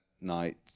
night